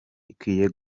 ikwiye